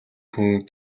хүн